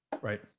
Right